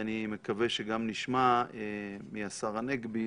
ואני מקווה שגם נשמע מהשר הנגבי